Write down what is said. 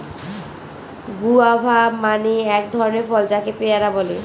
guava মানে এক ধরনের ফল যাকে পেয়ারা বলে